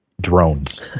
drones